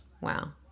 Wow